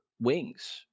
wings